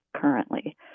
currently